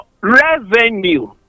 revenue